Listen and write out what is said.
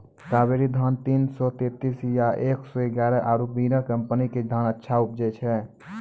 कावेरी धान तीन सौ तेंतीस या एक सौ एगारह आरु बिनर कम्पनी के धान अच्छा उपजै छै?